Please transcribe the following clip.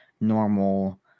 normal